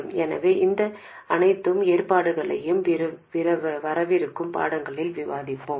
எனவே இந்த அனைத்து ஏற்பாடுகளையும் வரவிருக்கும் பாடங்களில் விவாதிப்போம்